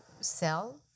sell